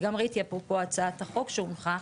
גם ראיתי אפרופו הצעת החוק שהונחה,